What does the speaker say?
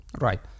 Right